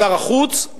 שר החוץ,